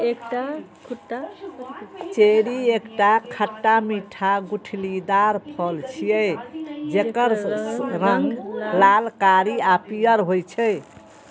cherry एकटा खट्टा मीठा गुठलीदार फल छियै, जेकर रंग लाल, कारी आ पीयर होइ छै